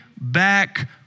back